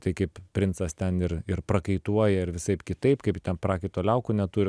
tai kaip princas ten ir ir prakaituoja ir visaip kitaip kaip ten prakaito liaukų neturi